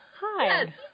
hi